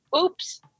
oops